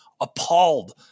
appalled